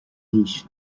fhís